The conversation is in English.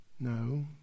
No